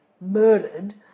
murdered